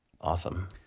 Awesome